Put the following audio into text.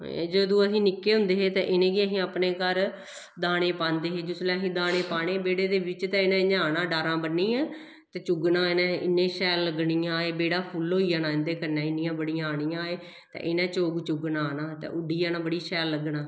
जदूं असीं निक्के होंदे हे ते इनेंगी असीं अपने घर दाने पांदे हे जिसलै असें दाने पाने बेह्ड़े दे बिच्च ते इ'नें इ'यां आना डारां बन्नियै ते चुग्गना इ'नें इन्ना शैल लग्गनियां एह् बेह्ड़ा फुल्ल होई जाना इं'दे कन्नै इन्नियां बड़ियां आनियां एह् ते इ'नें चोग चुग्गन आना ते उड्डी जाना बड़ी शैल लग्गना